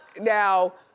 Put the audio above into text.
now,